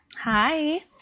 Hi